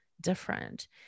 different